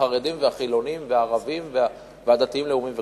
החרדים והחילונים והערבים והדתיים-הלאומיים וכולם,